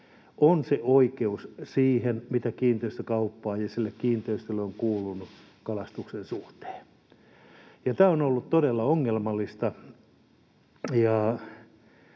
on se oikeus siihen, mitä kiinteistökauppaan ja sille kiinteistölle on kuulunut kalastuksen suhteen. Ja tämä on ollut todella ongelmallista.